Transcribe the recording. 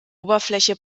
oberfläche